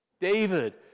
David